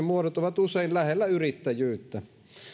muodot ovat usein lähellä yrittäjyyttä